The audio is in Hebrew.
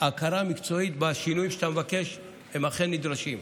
ההכרה המקצועית והשינויים שאתה מבקש אכן נדרשים.